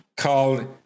Called